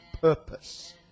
purpose